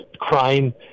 crime